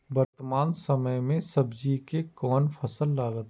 वर्तमान समय में सब्जी के कोन फसल लागत?